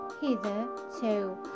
hitherto